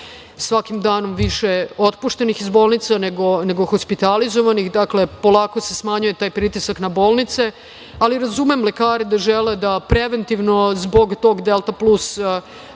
svakim danom više otpuštenih iz bolnice, nego hospitalizovanih. Dakle, polako se smanjuje taj pritisak na bolnice. Ali, razumem lekare da žele preventivno zbog toga Delta plus soja